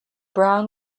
brown